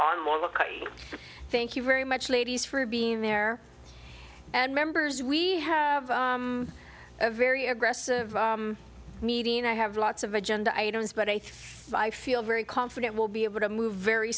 to thank you very much ladies for being there and members we have a very aggressive meeting and i have lots of agenda items but i think feel very confident we'll be able to move very